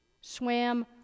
swam